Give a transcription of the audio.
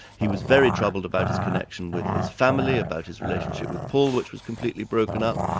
he was very troubled about his connection with his family, about his relationship with paul which was completely broken up.